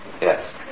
Yes